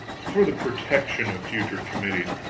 for the protection of future committees,